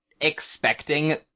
expecting